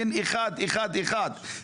אין אחד אחד אחד.